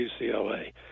UCLA